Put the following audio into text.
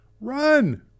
run